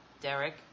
Derek